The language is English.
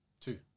two